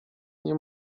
nie